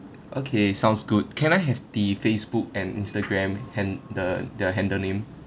okay sounds good can I have the facebook and instagram han~ the the handle name